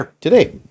today